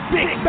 Big